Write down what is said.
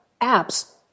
apps